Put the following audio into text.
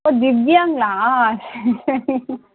ஓ திவ்யாங்களா சரி